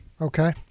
Okay